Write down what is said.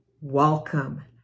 welcome